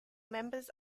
members